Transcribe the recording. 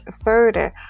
further